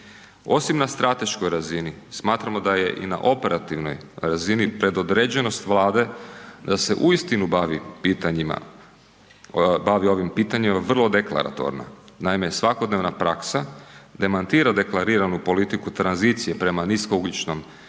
Osim na strateškoj razini, smatramo da je i na operativnoj razini predodređenost Vlade da se uistinu bavi pitanjima, bavi ovim pitanjima vrlo deklaratorno. Naime, svakodnevna praksa demantira deklariranu politiku tranzicije prema niskougljičnom